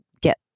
get